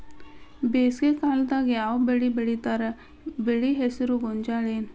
ಬೇಸಿಗೆ ಕಾಲದಾಗ ಯಾವ್ ಬೆಳಿ ಬೆಳಿತಾರ, ಬೆಳಿ ಹೆಸರು ಗೋಂಜಾಳ ಏನ್?